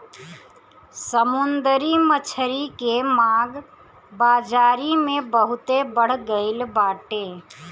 समुंदरी मछरी के मांग बाजारी में बहुते बढ़ गईल बाटे